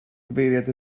gyfeiriad